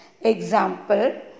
Example